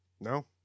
No